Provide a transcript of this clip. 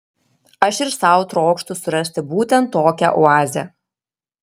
aš ir sau trokštu surasti būtent tokią oazę